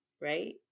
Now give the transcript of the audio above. right